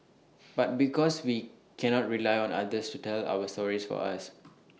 but because we cannot rely on others to tell our stories for us